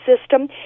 system